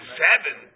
seven